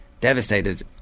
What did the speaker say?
devastated